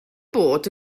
bod